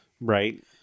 Right